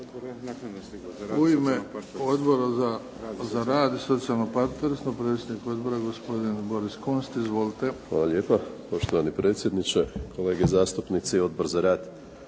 U ime Odbora za rad i socijalno partnerstvo, predsjednik odbora gospodin Boris Kunst. Izvolite. **Kunst, Boris (HDZ)** Hvala lijepa. Poštovani predsjedniče, kolege zastupnici Odbor za rad